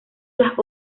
las